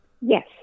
Yes